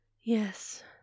Yes